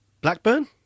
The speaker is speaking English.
Blackburn